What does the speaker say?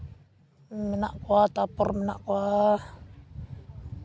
ᱢᱮᱱᱟᱜ ᱠᱚᱣᱟ ᱛᱟᱨᱯᱚᱨ ᱢᱮᱱᱟᱜ ᱠᱚᱣᱟ